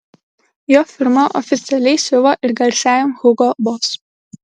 jo firma oficialiai siuva ir garsiajam hugo boss